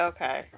Okay